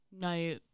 no